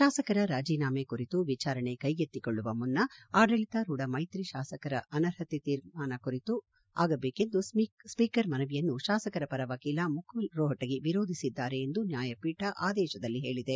ಶಾಸಕರ ರಾಜೀನಾಮೆ ಕುರಿತು ವಿಚಾರಣೆ ಕೈಗೆತ್ತಿಕೊಳ್ಳುವ ಮುನ್ನ ಆಡಳಿತಾರೂಢ ಮೈತ್ರಿ ಶಾಸಕರ ಅನರ್ಹತೆ ಕುರಿತು ತೀರ್ಮಾನ ಆಗಬೇಕೆಂಬ ಸ್ವೀಕರ್ ಮನವಿಯನ್ನು ಶಾಸಕರ ಪರ ವಕೀಲ ಮುಕುಲ್ ರೋಹಟಗಿ ವಿರೋಧಿಸಿದ್ದಾರೆ ಎಂದು ನ್ಯಾಯಪೀಠ ಆದೇಶದಲ್ಲಿ ಹೇಳಿದೆ